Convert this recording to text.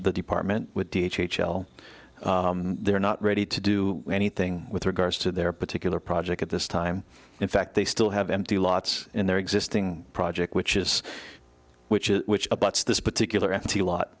the department with d h h l they're not ready to do anything with regards to their particular project at this time in fact they still have empty lots in their existing project which is which is which abuts this particular empty lot